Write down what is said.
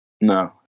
No